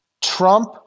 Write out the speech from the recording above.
Trump